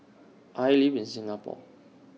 I live in Singapore